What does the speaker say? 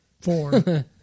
four